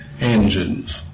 engines